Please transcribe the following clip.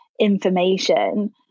information